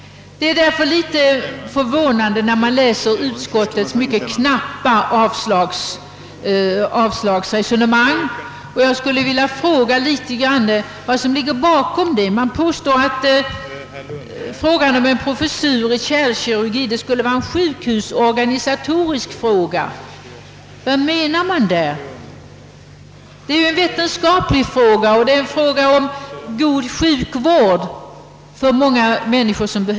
Därför är det litet förvånande att läsa utskottets något knappa avslagsskrivning, och jag skulle vilja fråga vad det är som ligger bakom denna. Det påstås att spörsmålet om en professur i kärlkirurgi skulle vara en sjukhusorganisatorisk fråga. Vad menas med detta? Frågan är ju vetenskaplig, och det gäller god sjukvård för många behövande människor.